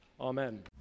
Amen